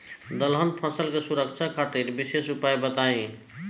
दलहन फसल के सुरक्षा खातिर विशेष उपाय बताई?